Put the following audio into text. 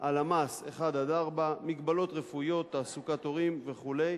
הלמ"ס 1 4, מגבלות רפואיות, תעסוקת הורים וכו'.